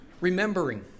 Remembering